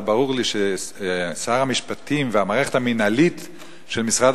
וברור לי ששר המשפטים והמערכת המינהלית של משרד